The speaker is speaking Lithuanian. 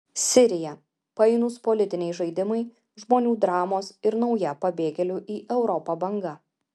sirija painūs politiniai žaidimai žmonių dramos ir nauja pabėgėlių į europą banga